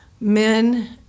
men